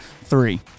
Three